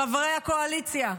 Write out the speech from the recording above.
חברי הקואליציה,